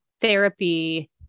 therapy